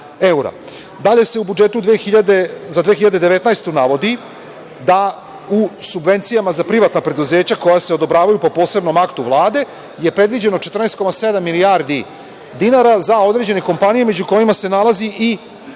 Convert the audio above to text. evra. Dalje se u budžetu za 2019. godinu navodi da u subvencijama za privatna preduzeća koja se odobravaju po posebnom aktu Vlade je predviđeno 14,7 milijardi dinara za određene kompanije, među kojima se nalazi i